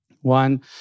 one